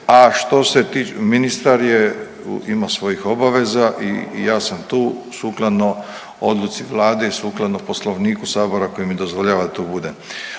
A što se tiče, ministar je ima svojih obaveza i ja sam tu sukladno odluci vlade i sukladno Poslovniku sabora koji mi dozvoljava da tu budem.